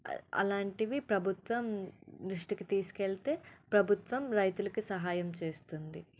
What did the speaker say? అలాంటివి ప్రభుత్వం దృష్టికి తీసుకెళ్తే ప్రభుత్వం రైతులకి సహాయం చేస్తుంది